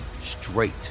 straight